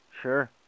Sure